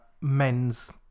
men's